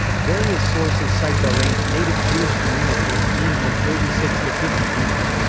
various sources cite bahrain's native jewish community as being from thirty six to fifty people.